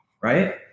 right